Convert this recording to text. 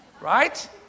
Right